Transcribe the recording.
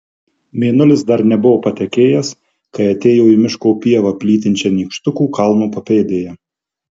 mėnulis dar nebuvo patekėjęs kai atėjo į miško pievą plytinčią nykštukų kalno papėdėje